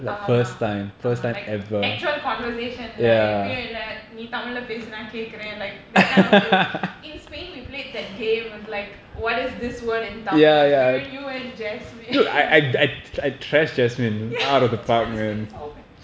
ஆமாஆமா:aama aama like actual conversation எப்பயும்இல்லநீதமிழ்லபேசிகேக்கறேன்:epayum illa nee tamizhla pesi kekkaren like that kind of joke in spain we played that game with like what is this word in tamil me you and jasmine ya jasmine so bad